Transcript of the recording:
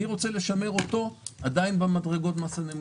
אני רוצה לשמר אותו במדרגות המס הנמוכות.